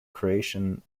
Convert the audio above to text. croatian